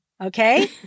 Okay